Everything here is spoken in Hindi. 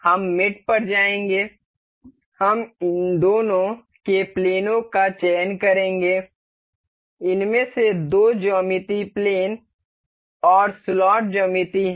हम मेट पर जाएंगे हम इन दोनों के प्लेनों का चयन करेंगे इनमें से दो ज्यामिति पिन और स्लॉट ज्यामिति हैं